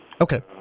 okay